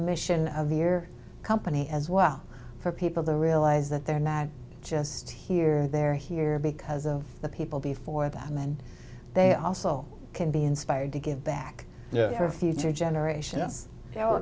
mission of beer company as well for people to realize that they're not just here they're here because of the people before that and then they also can be inspired to give back their future generation